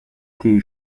tee